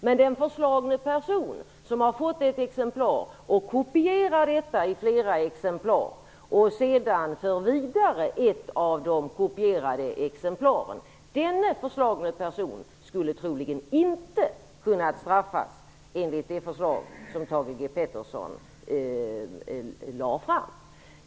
Men den förslagne person som har fått ett exemplar och kopierar detta i flera exemplar, och sedan för vidare ett av de kopierade exemplaren, skulle troligen inte kunna straffas enligt det förslag som Thage G Peterson lagt fram.